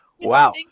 Wow